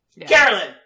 Carolyn